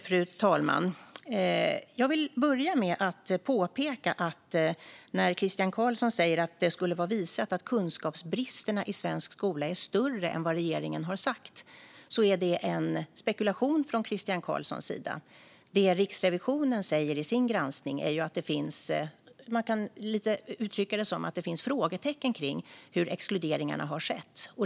Fru talman! Jag vill börja med att påpeka att när Christian Carlsson säger att det skulle vara påvisat att kunskapsbristerna i svensk skola är större än vad regeringen har sagt är det en spekulation från Christian Carlssons sida. Det som Riksrevisionen säger i sin granskning kan man lite uttrycka som att det finns frågetecken kring hur exkluderingarna har skett.